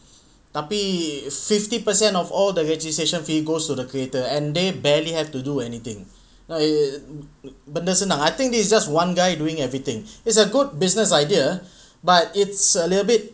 tapi fifty percent of all the registration fee goes to the creator and they barely have to do anything benda senang I think there's just one guy doing everything it's a good business idea but it's a little bit